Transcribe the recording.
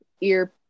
ear